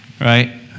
right